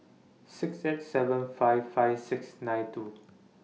six eight seven five five six nine five